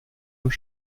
und